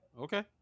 Okay